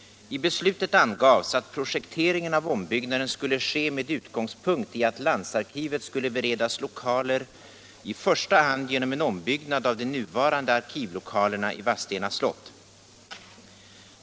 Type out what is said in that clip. I beslutet angavs att projekteringen av ombyggnaden skulle ske med utgångspunkt i att landsarkivet skulle beredas lokaler i första hand genom en ombyggnad av de nuvarande arkivlokalerna i Vadstena slott.